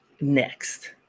next